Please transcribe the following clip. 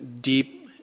deep